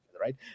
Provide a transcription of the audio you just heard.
right